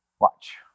Watch